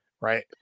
right